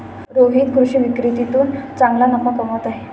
रोहित कृषी विक्रीतून चांगला नफा कमवत आहे